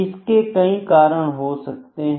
इसके कई कारण हो सकते हैं